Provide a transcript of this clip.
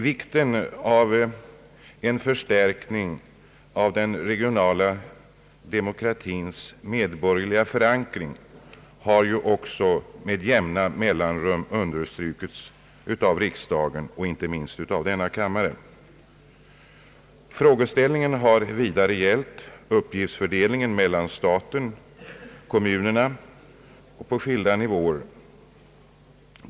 Vikten av en förstärkning av den regionala demokratins medborgerliga förankring har också med jämna mellanrum understrukits i riksdagen och inte minst i denna kammare. Frågeställningen har vidare gällt uppgiftsfördelningen mellan staten och kommunerna på skilda nivåer.